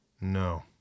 No